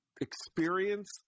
experience